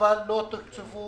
אבל לא תקצבו